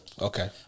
Okay